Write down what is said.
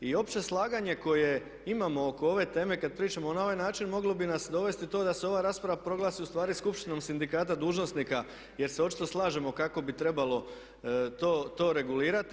I opće slaganje koje imamo oko ove teme kad pričamo na ovaj način moglo bi nas dovesti u to da se ova rasprava proglasi ustvari skupštinom sindikata dužnosnika jer se očito slažemo kako bi trebalo to regulirati.